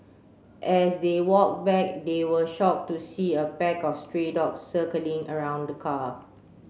as they walked back they were shocked to see a pack of stray dogs circling around the car